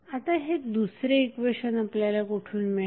आता हे दुसरे इक्वेशन आपल्याला कुठून मिळेल